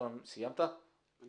אתה